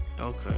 Okay